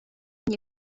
nie